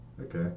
Okay